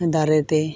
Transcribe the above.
ᱫᱟᱨᱮᱛᱮ